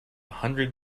hundred